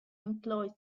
employed